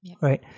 Right